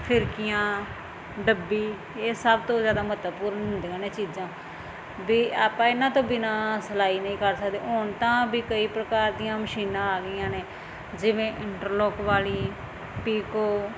ਫਿਰਕੀਆਂ ਡੱਬੀ ਇਹ ਸਭ ਤੋਂ ਜ਼ਿਆਦਾ ਮਹੱਤਵਪੂਰਨ ਹੁੰਦੀਆਂ ਨੇ ਚੀਜ਼ਾਂ ਵੀ ਆਪਾਂ ਇਹਨਾਂ ਤੋਂ ਬਿਨਾਂ ਸਿਲਾਈ ਨਹੀਂ ਕਰ ਸਕਦੇ ਹੁਣ ਤਾਂ ਵੀ ਕਈ ਪ੍ਰਕਾਰ ਦੀਆਂ ਮਸ਼ੀਨਾਂ ਆ ਗਈਆਂ ਨੇ ਜਿਵੇਂ ਇੰਟਰਲੋਕ ਵਾਲੀ ਪੀਕੋ